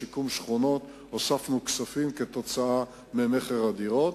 בשיקום שכונות הוספנו כספים כתוצאה ממכר הדירות.